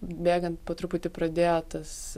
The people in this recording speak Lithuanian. bėgant po truputį pradėjo tas